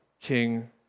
king